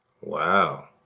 Wow